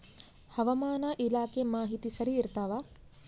ಹವಾಮಾನ ಇಲಾಖೆ ಮಾಹಿತಿ ಸರಿ ಇರ್ತವ?